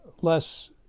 less